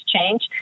change